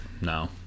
No